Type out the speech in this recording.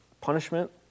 punishment